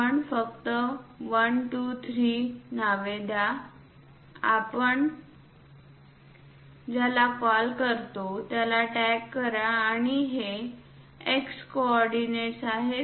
आपण फक्त 1 2 3 नावे द्या आपण ज्याला कॉल करतो त्याला टॅग करा आणि हे X को ऑर्डिनेट्स आहेत